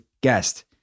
guest